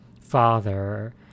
father